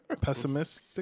pessimistic